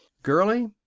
girlie,